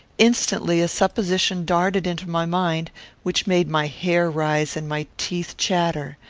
instantly a supposition darted into my mind which made my hair rise and my teeth chatter.